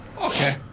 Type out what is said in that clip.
Okay